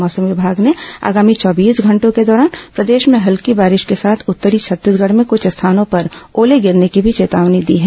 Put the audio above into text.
मौसम विभाग ने आगामी चौबीस घंटों के दौरान प्रदेश में हल्की बारिश के साथ उत्तरी छत्तीसगढ में कुछ स्थानों पर ओले गिरने की भी चेतावनी दी है